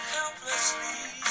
helplessly